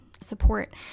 support